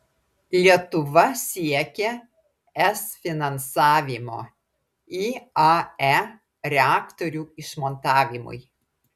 lietuva siekia es finansavimo iae reaktorių išmontavimui